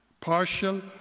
Partial